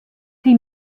die